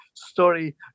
story